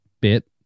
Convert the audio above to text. Bit